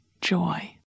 joy